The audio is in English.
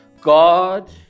God